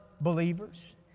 believers